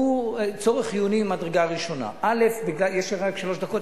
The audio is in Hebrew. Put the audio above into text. היא צורך חיוני ממדרגה ראשונה - יש לי רק שלוש דקות,